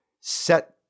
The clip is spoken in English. set